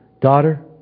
Daughter